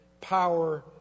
power